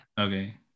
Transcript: Okay